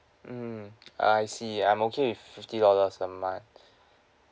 mm I see I'm okay with fifty dollars a month